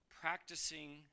practicing